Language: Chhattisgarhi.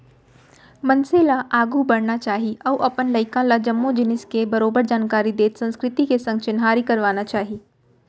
मनसे ल आघू बढ़ना चाही अउ अपन लइका ल जम्मो जिनिस के बरोबर जानकारी देत संस्कृति के संग चिन्हारी करवाना चाही